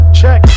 check